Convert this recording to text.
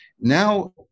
Now